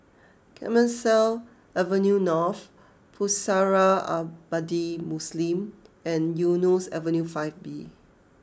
Clemenceau Avenue North Pusara Abadi Muslim and Eunos Avenue five B